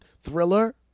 Thriller